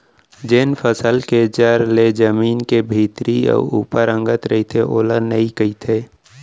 जेन फसल के जर ले जमीन के भीतरी अउ ऊपर अंगत रइथे ओला नइई कथें